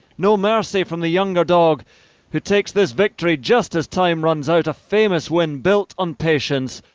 no mercy from the younger dog who takes this victory just as time runs out. a famous win, built on patience.